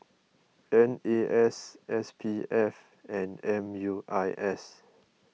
N A S S P F and M U I S